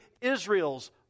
Israel's